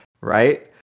Right